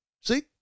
See